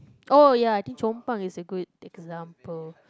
orh ya I think Chong pang is a good example